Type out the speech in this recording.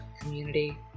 community